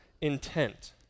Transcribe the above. intent